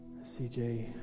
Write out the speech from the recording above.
CJ